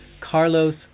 Carlos